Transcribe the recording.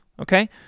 okay